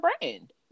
brand